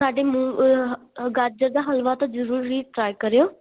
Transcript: ਸਾਡੇ ਮੂ ਗਾਜਰ ਦਾ ਹਲਵਾ ਤਾਂ ਜਰੂਰੀ ਈ ਟਰਾਈ ਕਰਿਓ